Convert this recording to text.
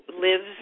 lives